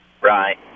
Right